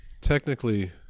technically